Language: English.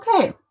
okay